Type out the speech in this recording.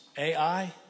AI